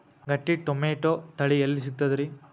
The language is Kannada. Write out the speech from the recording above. ಗಟ್ಟಿ ಟೊಮೇಟೊ ತಳಿ ಎಲ್ಲಿ ಸಿಗ್ತರಿ?